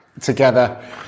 together